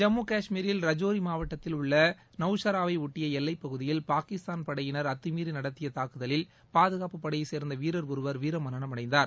ஜம்மு காஷ்மீரில் ரஜோரி மாவட்டத்தில் உள்ள நௌஷராவைபொட்டிய எல்லை பகுதியில் பாகிஸ்தான் படையினர் அத்துமீறி நடத்திய தாக்குதலில் பாதுகாப்பு படையை கேர்ந்த வீரர் ஒருவர் வீரமரணம் அடைந்தார்